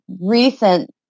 recent